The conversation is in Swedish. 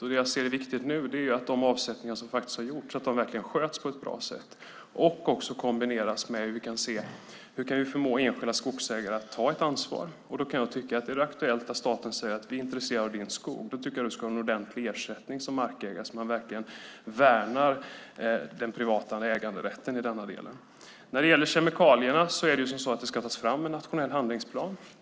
Det som jag ser som viktigt nu är att de avsättningar som faktiskt har gjorts verkligen sköts på ett bra sätt kombinerat med att enskilda skogsägare förmås att ta ett ansvar. Då kan jag tycka att om staten är intresserad av din skog ska du ha en ordentlig ersättning som markägare, så att man verkligen värnar den privata äganderätten i denna del. När det gäller kemikalierna ska det tas fram en nationell handlingsplan.